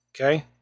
okay